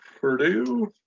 Purdue